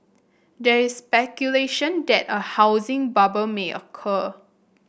there is speculation that a housing bubble may occur